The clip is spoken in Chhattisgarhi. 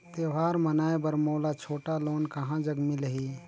त्योहार मनाए बर मोला छोटा लोन कहां जग मिलही?